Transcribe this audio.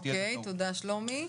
תודה שלומי.